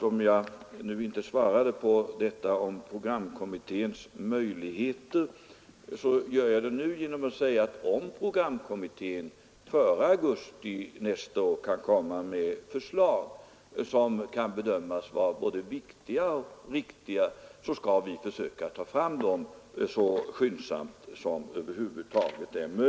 Om jag inte tidigare svarade på herr Bohmans fråga om programkommitténs möjligheter gör jag det nu genom att säga: Om programkommittén före augusti nästa år kan lägga fram förslag som kan bedömas vara både viktiga och riktiga, skall vi försöka behandla dem så skyndsamt som vi över huvud taget kan.